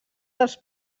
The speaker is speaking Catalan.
dels